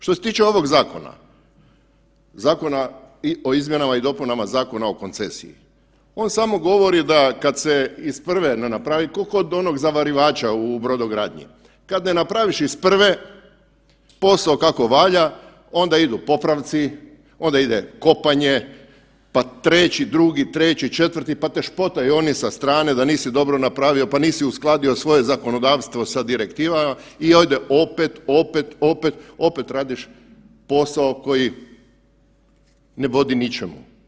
Što se tiče ovog zakona, Zakona o izmjenama i dopunama Zakona o koncesiji, on samo govori da kad se iz prve ne napravi, ko kod onog zavarivača u brodogradnji, kad ne napraviš iz prve posao kako valja onda idu popravci, onda ide kopanje, pa treći, drugi, treći, četvrti pa te špotaju oni sa strane da nisi dobro napravio, pa nisi uskladio svoje zakonodavstvo sa direktivama i ajde opet, opet, opet, opet radiš posao koji ne vodi ničemu.